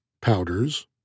powders